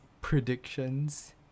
Predictions